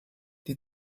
die